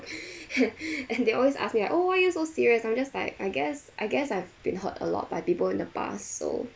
and they always ask me like oh why are you serious I'm just like I guess I guess I've been hurt a lot by people in the past so